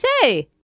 say